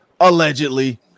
allegedly